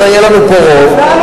אז יהיה לנו פה רוב,